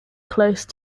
close